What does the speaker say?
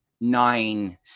nine